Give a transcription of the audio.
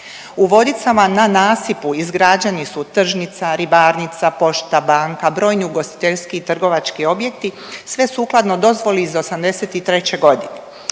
U Vodicama na nasipu izgrađeni su tržnica, ribarnica, pošta, banka, brojni ugostiteljski i trgovački objekti sve sukladno dozvoli iz '83. godine.